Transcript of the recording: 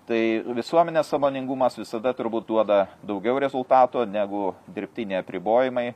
tai visuomenės sąmoningumas visada turbūt duoda daugiau rezultatų negu dirbtiniai apribojimai